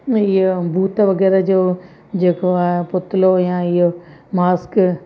इहो भूत वग़ैरह जो जेको आहे पुतलो या इहो मास्क